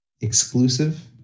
exclusive